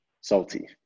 Salty